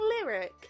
lyric